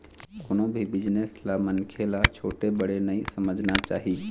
कोनो भी बिजनेस ल मनखे ल छोटे बड़े नइ समझना चाही